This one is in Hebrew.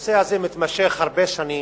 הנושא הזה מתמשך הרבה שנים,